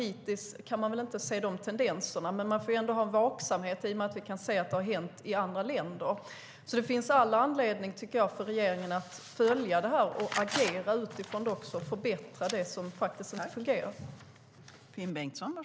Hittills kan vi inte se de tendenserna, men vi får ändå ha en vaksamhet i och med att det har hänt i andra länder. Det finns alltså all anledning, tycker jag, för regeringen att följa det här och även att agera för att förbättra det som faktiskt inte fungerar.